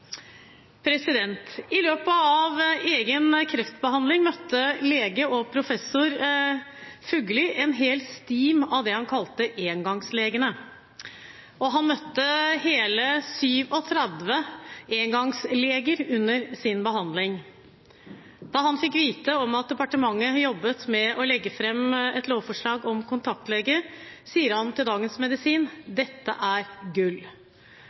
forslag. I løpet av egen kreftbehandling møtte lege og professor Fugelli en hel stim av det han kalte engangslegene. Han møtte hele 37 engangsleger under sin behandling. Da han fikk vite at departementet jobbet med å legge fram et lovforslag om kontaktleger, sa han til Dagens Medisin: «Dette er gull!»